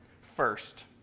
first